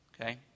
okay